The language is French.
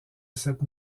cette